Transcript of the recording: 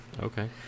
Okay